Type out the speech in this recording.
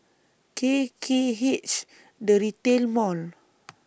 K K H The Retail Mall